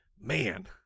man